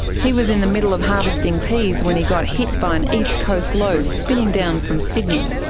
he was in the middle of harvesting peas when he got hit by an east coast low spinning down from sydney.